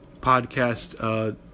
podcast